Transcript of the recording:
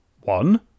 One